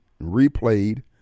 replayed